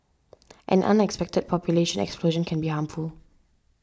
an unexpected population explosion can be harmful